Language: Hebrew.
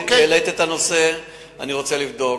העלית את הנושא, אני רוצה לבדוק.